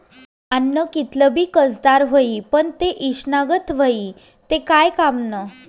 आन्न कितलं भी कसदार व्हयी, पन ते ईषना गत व्हयी ते काय कामनं